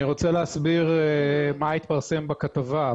אני רוצה להסביר מה התפרסם בכתבה.